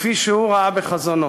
כפי שהוא ראה בחזונו.